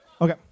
Okay